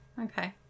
Okay